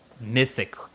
mythic